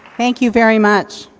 thank you very much.